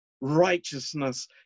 righteousness